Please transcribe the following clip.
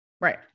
Right